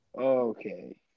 Okay